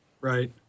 Right